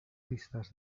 pistas